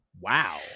wow